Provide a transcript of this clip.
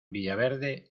villaverde